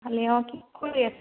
ভালে অ কি কৰি আছে